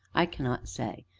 i cannot say,